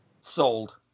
Sold